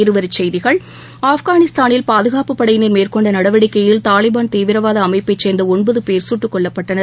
இருவரிச்செய்திகள் ஆப்கானிஸ்தானில் பாதுகாப்புப் படையினர் மேற்கொண்ட நடவடிக்கையில் தாலிபன் தீவிரவாத அமைப்பைச் சேர்ந்த ஒன்பது பேர் சுட்டுக் கொல்லப்பட்டனர்